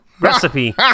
recipe